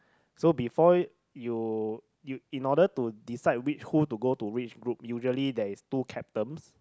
so before you you in order to decide which who to go to which group usually there is two captains